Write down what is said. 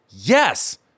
Yes